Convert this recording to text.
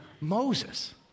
Moses